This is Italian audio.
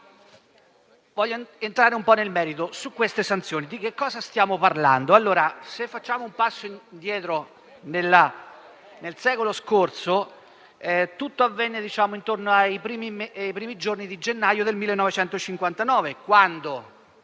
Vorrei entrare un po' nel merito di queste sanzioni. Di cosa stiamo parlando? Se facciamo un passo indietro nel secolo scorso, tutto avvenne intorno ai primi giorni di gennaio del 1959, quando